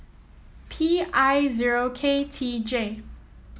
P I zero K T J